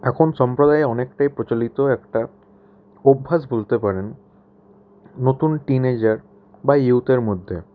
এখন সম্প্রদায়ে অনেকটাই প্রচলিত একটা অভ্যাস বলতে পারেন নতুন টিনেজার বা ইউথের মধ্যে